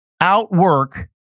Outwork